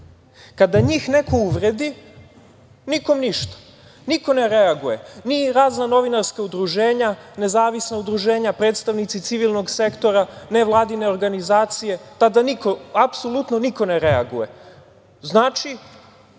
Kada njih neko uvredi nikom ništa, niko ne reaguje. Ni razna novinarska udruženja, nezavisna udruženja, predstavnici civilnog sektora, nevladine organizacije, tada apsolutno niko ne reaguje. Znači,